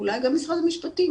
ואולי גם משרד המשפטים.